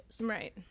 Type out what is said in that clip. Right